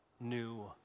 new